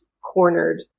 cornered